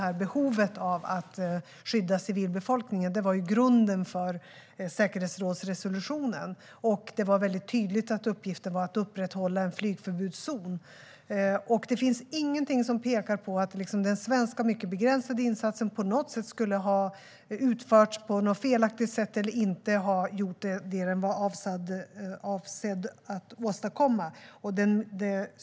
Grunden för säkerhetsrådsresolutionen var behovet av att skydda civilbefolkningen. Och det var tydligt att uppgiften var att upprätthålla en flygförbudszon. Det finns ingenting som pekar på att den svenska, mycket begränsade, insatsen på något sätt skulle ha utförts på ett felaktigt sätt eller att den inte skulle ha gjort det som avsågs.